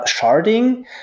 sharding